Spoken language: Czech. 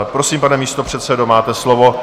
Prosím, pane místopředsedo, máte slovo.